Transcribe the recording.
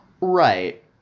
Right